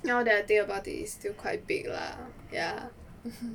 now that I think about it it's still quite big lah ya